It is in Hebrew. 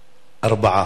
ארבעה.